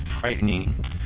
frightening